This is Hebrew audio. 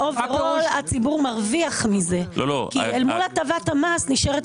הציבור מרוויח מזה כי מול הטבת המס נשארת